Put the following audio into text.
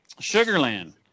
Sugarland